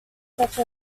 such